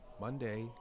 Monday